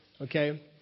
Okay